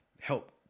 help